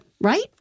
right